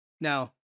Now